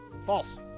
False